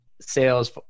sales